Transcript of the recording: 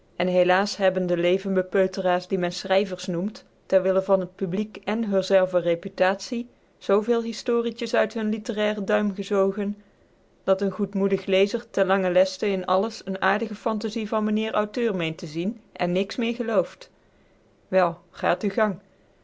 en helaas hebben de levensbepeuteraars die men schrijvers noemt ter wille van t publiek èn hunzelver reputatie zveel historietjes uit hun litterairen duim gezogen dat n goedmoedig lezer ten langen leste in alles de aardige fantasie van meneer auteur meent te zien en niks meer gelooft wel gaat uw gang